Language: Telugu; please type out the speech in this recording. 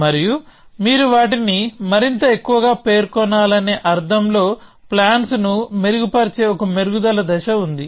మరియు మీరు వాటిని మరింత ఎక్కువగా పేర్కొనాలనే అర్థంలో ప్లాన్స్ను మెరుగుపరిచే ఒక మెరుగుదల దశ ఉంది